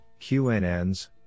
qnns